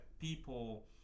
people